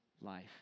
life